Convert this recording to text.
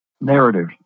narrative